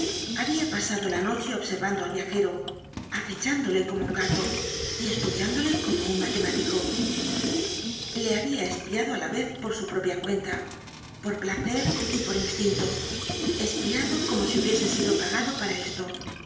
habia pasado la noche observando al viajero acechándole como un gato y estudiándole como un matemático le habia espiado á la vez por su propia cuenta por placer y por instinto espiado como si hubiesesido pagado para esto